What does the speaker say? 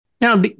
Now